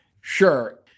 Sure